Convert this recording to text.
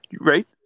Right